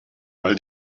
weil